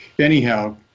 Anyhow